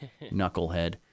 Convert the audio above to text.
knucklehead